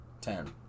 ten